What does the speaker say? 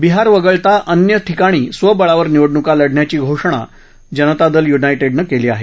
बिहार वगळता अन्य ठिकाणी स्वबळावर निवडणुका लढण्याची घोषणा जनता दल युनायटेडने केली आहे